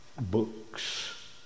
Books